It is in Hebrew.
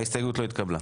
ההסתייגות לא התקבלה.